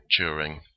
Turing